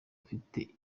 afite